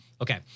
Okay